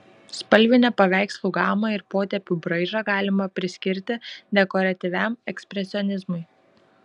spalvinę paveikslų gamą ir potėpių braižą galima priskirti dekoratyviam ekspresionizmui